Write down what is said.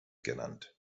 genannt